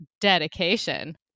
dedication